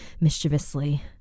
mischievously